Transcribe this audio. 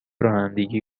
رانندگی